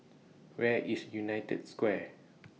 Where IS United Square